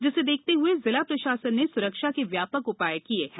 जिसे देखते हुए जिला प्रशासन ने सुरक्षा के व्यापक उपाय किये हैं